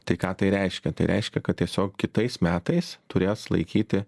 tai ką tai reiškia tai reiškia kad tiesiog kitais metais turės laikyti